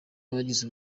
abagize